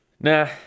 Nah